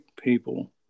people